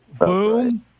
Boom